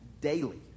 daily